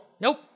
nope